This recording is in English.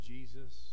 Jesus